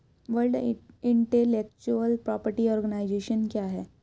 World Intellectual Property Organization क्या है?